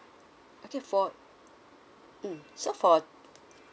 okay for mm so for